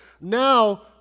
now